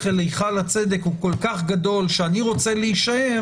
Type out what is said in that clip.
אל היכל הצדק הוא כל כך גדול שאני מעדיף להישאר